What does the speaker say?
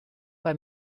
bei